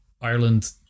Ireland